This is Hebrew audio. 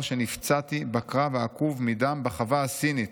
שנפצעתי בקרב העקוב מדם בחווה הסינית".